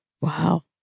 Wow